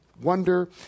Wonder